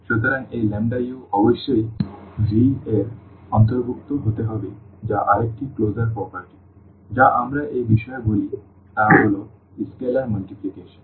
সুতরাং এই u অবশ্যই V এর অন্তর্ভুক্ত হতে হবে যা আরেকটি ক্লোজার প্রপার্টি যা আমরা এই বিষয়ে বলি তা হল স্কেলার মাল্টিপ্লিকেশন